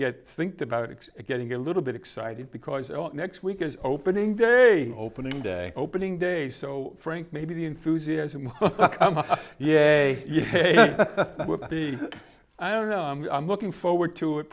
get think about x getting a little bit excited because all next week is opening day opening day opening day so frank maybe the enthusiasm yeah a i don't know i'm looking forward to it